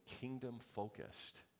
kingdom-focused